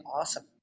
awesome